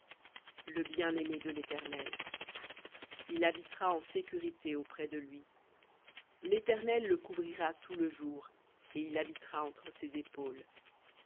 le bien-aimé de l'éternel il habitera en sécurité auprès de lui le couvrira tout le jour et il habitera entre ses épaules